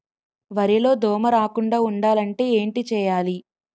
వరిలో దోమ రాకుండ ఉండాలంటే ఏంటి చేయాలి?